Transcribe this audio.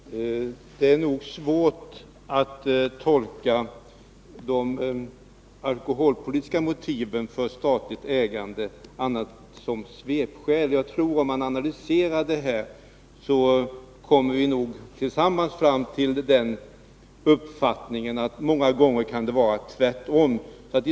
Herr talman! Det är nog svårt att tolka de alkoholpolitiska motiven för statligt ägande som annat än svepskäl. Om vi analyserar, kommer vi nog tillsammans fram till den uppfattningen att det ofta saknas verkliga motiv.